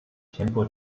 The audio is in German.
tempo